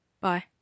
Bye